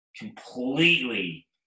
completely